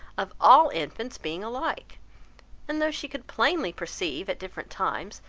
of all infants being alike and though she could plainly perceive, at different times,